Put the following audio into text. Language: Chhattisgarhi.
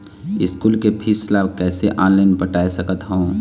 स्कूल के फीस ला कैसे ऑनलाइन पटाए सकत हव?